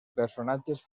personatges